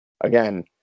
again